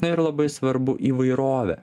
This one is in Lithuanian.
na ir labai svarbu įvairovę